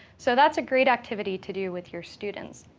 so that's a great activity to do with your students.